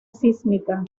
sísmica